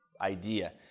idea